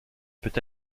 peut